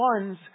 ones